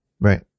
Right